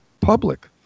Public